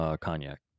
cognac